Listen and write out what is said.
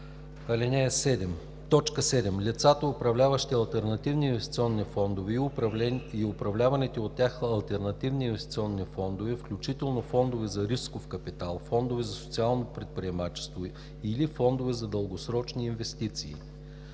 така: „7. лицата, управляващи алтернативни инвестиционни фондове и управляваните от тях алтернативни инвестиционни фондове, включително фондове за рисков капитал, фондове за социално предприемачество или фондове за дългосрочни инвестиции;“